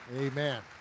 Amen